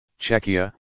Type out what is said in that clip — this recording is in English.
Czechia